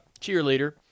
cheerleader